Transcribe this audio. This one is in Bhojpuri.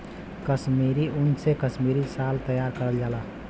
कसमीरी उन से कसमीरी साल तइयार कइल जाला